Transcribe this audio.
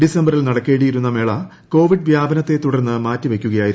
ഡിസംബറിൽ നടക്കേണ്ടിയിരുന്ന മേള കോവിഡ് വ്യാപനത്തെത്തുടർന്നു മാറ്റിവയ്ക്കുകയായിരുന്നു